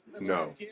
no